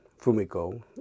Fumiko